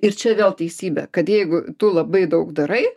ir čia vėl teisybė kad jeigu tu labai daug darai